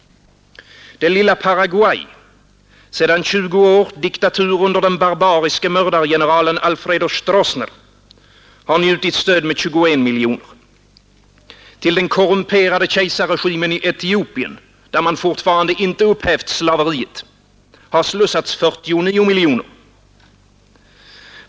Det lilla Paraguay, sedan 20 år diktatur under den barbariske mördargeneralen Alfredo Stroessner, har njutit stöd med 21 miljoner. Till den korrumperade kejsarregimen i Etiopien, där man ännu inte upphävt slaveriet, har slussats 40 miljoner dollar.